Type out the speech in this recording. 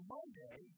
Monday